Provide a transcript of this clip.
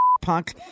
punk